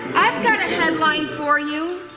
i've got a headline for you,